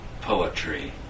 poetry